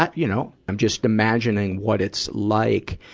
ah you know, i'm just imagining what it's like,